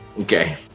Okay